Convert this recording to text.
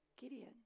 Gideon